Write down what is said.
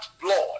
blood